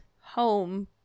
home